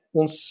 ons